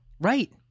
Right